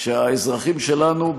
שהאזרחים שלנו,